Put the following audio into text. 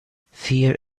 fear